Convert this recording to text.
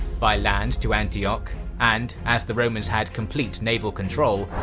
by land to antioch and, as the romans had complete naval control,